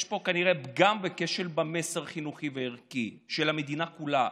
יש פה כנראה פגם וכשל במסר החינוכי והערכי של המדינה כולה.